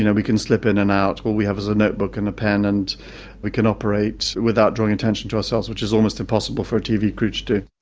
you know we can slip in and out. all we have is a notebook and and we can operate without drawing attention to ourselves, which is almost impossible for a tv crew to do.